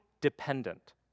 dependent